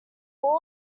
all